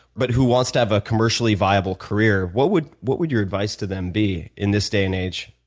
but who wants to have a commercially viable career, what would what would your advice to them be in this day and age?